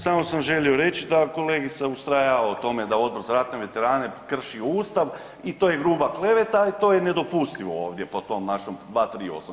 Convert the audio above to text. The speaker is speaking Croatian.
Samo sam želio reći da kolegica ustraja o tome da Odbor za ratne veterane krši ustav i to je gruba kleveta i to je nedopustivo ovdje po tom našem 238.